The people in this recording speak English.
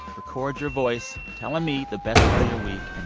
record your voice telling me the best part of your week, and